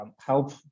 help